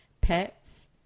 Pets